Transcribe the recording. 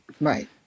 right